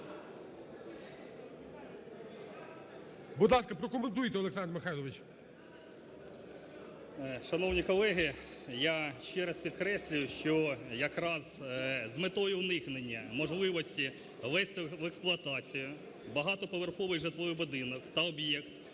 Шановні колеги, я ще раз підкреслюю, що якраз з метою уникнення можливості ввести в експлуатацію багатоповерховий житловий будинок та об'єкт